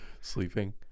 sleeping